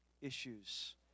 issues